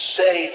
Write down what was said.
say